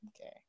okay